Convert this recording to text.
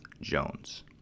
Jones